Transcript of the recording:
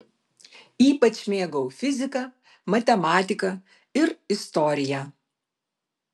ypač mėgau fiziką matematiką ir istoriją